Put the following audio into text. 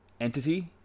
Entity